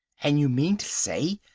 and you mean to say,